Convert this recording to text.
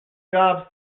job